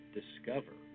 discover